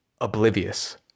oblivious